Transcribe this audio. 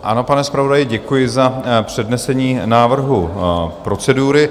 Ano, pane zpravodaji, děkuji za přednesení návrhu procedury.